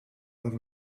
live